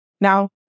Now